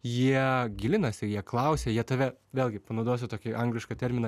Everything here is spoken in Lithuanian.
jie gilinasi jie klausia jie tave vėlgi panaudosiu tokį anglišką terminą